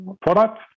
product